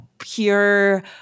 pure